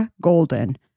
Golden